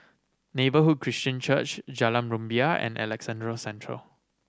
Neighbourhood Christian Church Jalan Rumbia and Alexandra Central